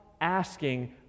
asking